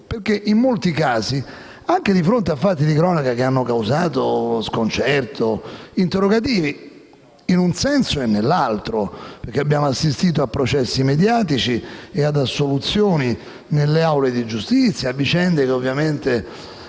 In molti casi, anche di fronte a fatti di cronaca che hanno causato sconcerto e a interrogativi in un senso e nell'altro, avendo assistito a processi mediatici, ad assoluzioni nelle aule di giustizia e a vicende che ovviamente